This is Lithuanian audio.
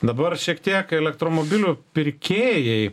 dabar šiek tiek elektromobilių pirkėjai